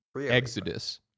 Exodus